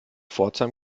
pforzheim